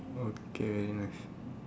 okay next